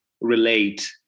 relate